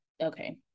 Okay